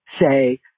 say